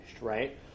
right